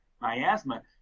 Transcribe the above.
miasma